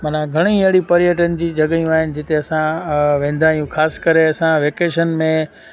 मन घणेई अहिड़ी पर्यटन जी जॻहियूं आहिनि जिते असां वेंदा आहियूं ख़ासि करे वेकेशन में